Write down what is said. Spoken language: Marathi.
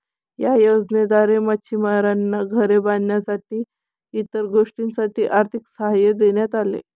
या योजनेद्वारे मच्छिमारांना घरे बांधण्यासाठी इतर गोष्टींसाठी आर्थिक सहाय्य देण्यात आले